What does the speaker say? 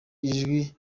ijwi